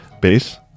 Bass